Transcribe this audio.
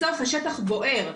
בסוף השטח בוער.